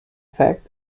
fact